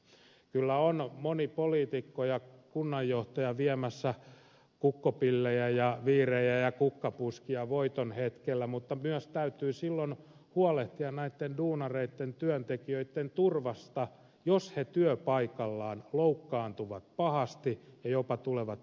kyllä on moni poliitikko ja kunnanjohtaja viemässä kukkopillejä ja viirejä ja kukkapuskia voiton hetkellä mutta myös täytyy silloin huolehtia näitten duunareitten työntekijöitten turvasta jos he työpaikallaan loukkaantuvat pahasti ja jopa tulevat työkyvyttömiksi